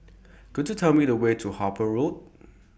Could YOU Tell Me The Way to Harper Road